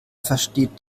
versteht